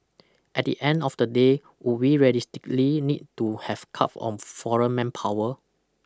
at the end of the day would we realistically need to have curb on foreign manpower